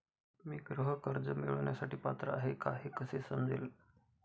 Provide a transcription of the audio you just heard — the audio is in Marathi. मी गृह कर्ज मिळवण्यासाठी पात्र आहे का हे कसे समजेल?